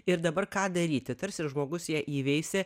ir dabar ką daryti tarsi žmogus ją įveisė